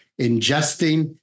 ingesting